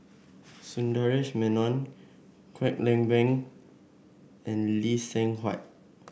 Sundaresh Menon Kwek Leng Beng and Lee Seng Huat